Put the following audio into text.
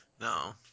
No